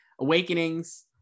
Awakenings